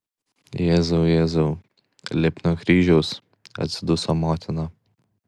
jėzau jėzau lipk nuo kryžiaus atsiduso motina